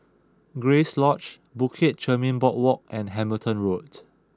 Grace Lodge Bukit Chermin Boardwalk and Hamilton Road